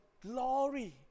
glory